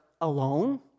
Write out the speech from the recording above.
alone